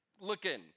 looking